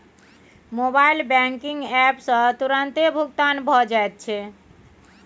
mobile banking app सँ तुरतें भुगतान भए जाइत छै